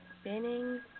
spinning